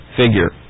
figure